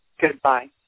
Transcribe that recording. goodbye